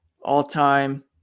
all-time